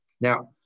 Now